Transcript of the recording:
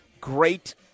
Great